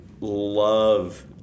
Love